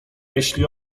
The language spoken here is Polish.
jeśli